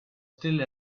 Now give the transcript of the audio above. still